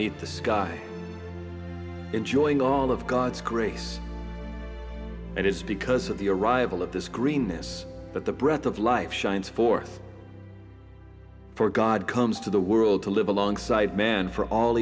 beneath the sky enjoying all of god's grace it is because of the arrival of this greenness but the breath of life shines forth for god comes to the world to live alongside man for all